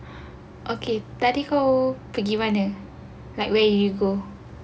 okay tadi kau pergi mana like where you go